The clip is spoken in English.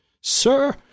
Sir